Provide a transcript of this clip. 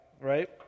right